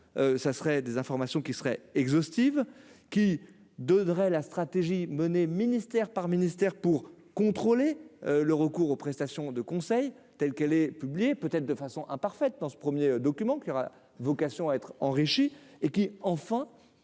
ça serait des informations qui serait exhaustive qui donnerait la stratégie menée, ministère par ministère, pour contrôler le recours aux prestations de conseil, telle qu'elle est publiée, peut-être de façon imparfaite dans ce 1er document qui aura vocation à être enrichi et qui enfin